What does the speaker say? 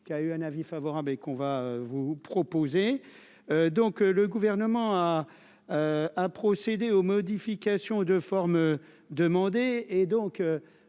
qui a eu un avis favorable et qu'on va vous proposer donc le gouvernement a un procédé aux modifications de forme demander. Et donc